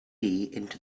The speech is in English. into